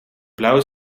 blauwe